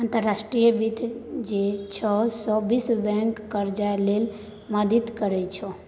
अंतर्राष्ट्रीय वित्त जे छै सैह विश्व बैंकसँ करजा लए मे मदति करैत छै